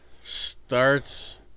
starts